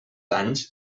anys